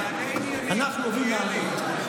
אנחנו אוהבים לענות.